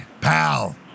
pal